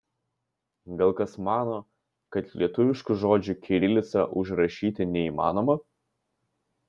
gal kas mano kad lietuviškų žodžių kirilica užrašyti neįmanoma